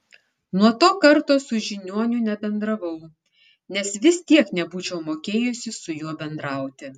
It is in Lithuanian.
nuo to karto su žiniuoniu nebendravau nes vis tiek nebūčiau mokėjusi su juo bendrauti